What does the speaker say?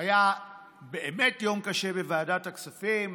היה באמת יום קשה בוועדת הכספים,